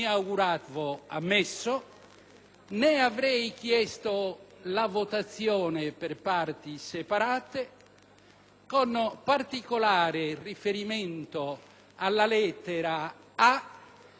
con particolare riferimento alla lettera *a),* che prevede la suddivisione della circoscrizione insulare